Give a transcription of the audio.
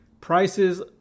Prices